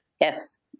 Yes